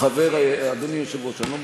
שישעה את עצמו.